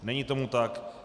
Není tomu tak.